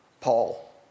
Paul